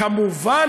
כמובן,